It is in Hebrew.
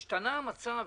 אבל את הדעה שלנו,